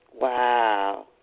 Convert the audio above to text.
Wow